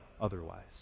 otherwise